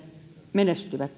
menestyvät